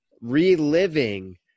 reliving